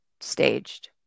staged